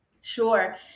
Sure